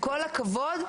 כל הכבוד,